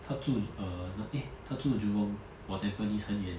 她住 err eh 她住 jurong 我 tampines 很远